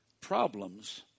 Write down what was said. Problems